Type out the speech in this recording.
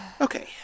Okay